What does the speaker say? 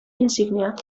insignia